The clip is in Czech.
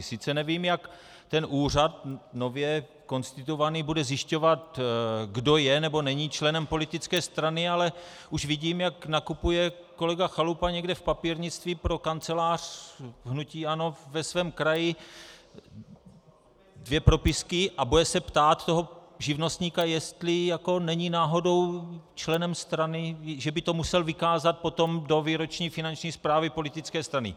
Sice nevím, jak ten úřad nově konstituovaný bude zjišťovat, kdo je, nebo není členem politické strany, ale už vidím, jak nakupuje kolega Chalupa někde v papírnictví pro kancelář hnutí ANO ve svém kraji dvě propisky a bude se ptát toho živnostníka, jestli není náhodou členem strany, že by to musel vykázat potom do výroční finanční zprávy politické strany.